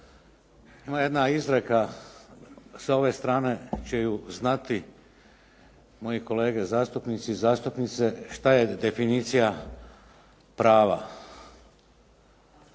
Ima jedna izreka. Sa ove strane će ju znati moji kolege zastupnici i zastupnice šta je definicija prava.